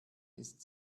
ist